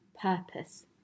purpose